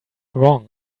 wrong